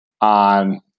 on